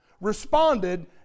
responded